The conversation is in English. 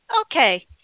okay